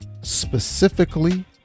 specifically